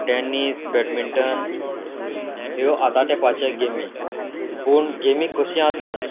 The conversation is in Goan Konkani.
टॅनीस बॅडमिंटन ह्यो आतां तेंपाचे गेमी पूण गेमी कशी आसूं